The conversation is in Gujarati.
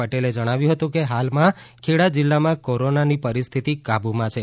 પટેલએ જણાવ્યુંપ હતું કે હાલમાં ખેડા જિલ્લાિમાં કોરોનાની પરિસ્થિંતિ કાબુમાં છે